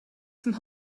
some